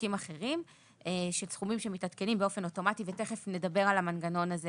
וחוקים אחרים שסכומים מתעדכנים באופן אוטומטי ותיכף נדבר על המנגנון הזה